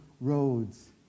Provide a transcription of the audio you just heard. roads